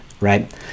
right